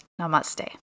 Namaste